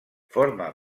forma